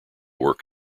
work